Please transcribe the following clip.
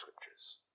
scriptures